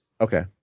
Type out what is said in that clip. Okay